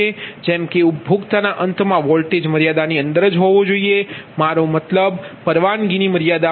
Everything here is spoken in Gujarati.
જેમ કે ઉપભોક્તાના અંતમાં વોલ્ટેજ મર્યાદાની અંદર જ હોવો જોઈએ મારો મતલબ પરવાનગીની મર્યાદામાં